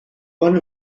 one